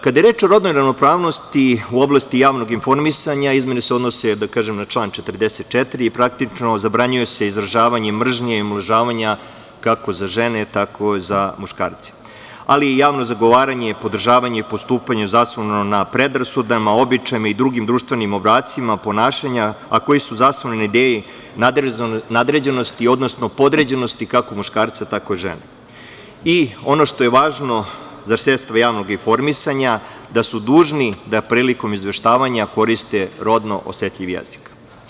Kada je reč o rodnoj ravnopravnosti u oblasti javnog informisanja, izmene se odnose na član 44. i praktično zabranjuje se izražavanje mržnje i omalovažavanja kako za žene, tako i za muškarce, ali i javno zagovaranje i podržavanje i postupanje zasnovano na predrasudama, običajima i drugim društvenim obrascima ponašanja, a koji su zasnovani na ideji nadređenosti, odnosno podređenosti kako muškarca, tako i žene i ono što je važno za sredstva javnog informisanja, da su dužni da prilikom izveštavanja koriste rodno osetljivi jezik.